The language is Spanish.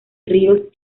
ríos